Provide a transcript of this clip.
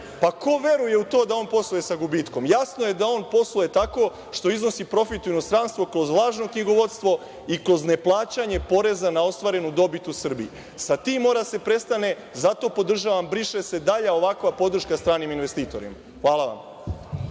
ko veruje u to da on posluje sa gubitkom. Jasno je da on posluje tako što iznosi profit u inostranstvo kroz lažno knjigovodstvo i kroz neplaćanja poreza na ostvarenu dobit u Srbiji. Sa tim mora da se prestane, zato podržavam – briše se, dalja ovakva podrška stranim investitorima. Hvala.